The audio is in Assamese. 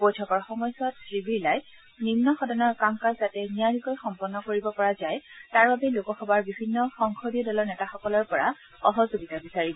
বৈঠকৰ সময়ছোৱাত শ্ৰীবীৰলাই নিন্ন সদনৰ কাম কাজ যাতে নিয়াৰিকৈ সম্পন্ন কৰিব পৰা যায় তাৰ বাবে লোকসভাৰ বিভিন্ন সংসদীয় দলৰ নেতাসকলৰ পৰা সহযোগিতা বিচাৰিব